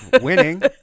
Winning